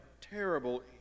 terrible